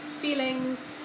feelings